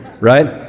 right